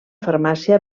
farmàcia